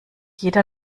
jeder